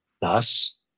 Thus